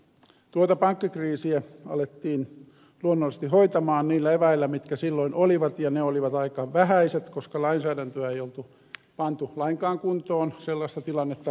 tuota pankkikriisiä alettiin luonnollisesti hoitaa niillä eväillä mitkä silloin olivat ja ne olivat aika vähäiset koska lainsäädäntöä ei ollut pantu lainkaan kuntoon sellaista tilannetta varten